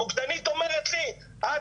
המוקדנית אומרת לי: 'אה,